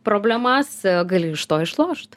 problemas gali iš to išlošt